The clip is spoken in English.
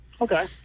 Okay